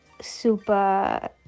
super